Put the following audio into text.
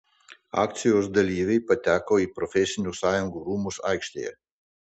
akcijos dalyviai pateko į profesinių sąjungų rūmus aikštėje